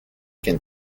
can